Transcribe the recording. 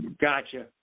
Gotcha